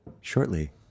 shortly